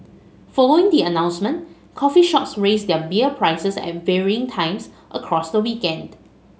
following the announcement coffee shops raised their beer prices at varying times across the weekend